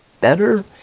better